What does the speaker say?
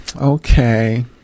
okay